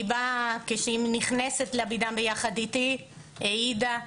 היא באה, כשהיא נכנסת לביד"ם ביחד איתי, העידה.